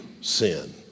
sin